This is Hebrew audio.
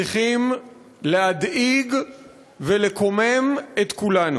צריכים להדאיג ולקומם את כולנו.